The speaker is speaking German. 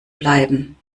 bleiben